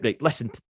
Listen